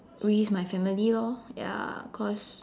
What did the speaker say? risk my family lor ya cause